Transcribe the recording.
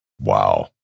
Wow